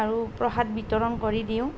আৰু প্ৰসাদ বিতৰণ কৰি দিওঁ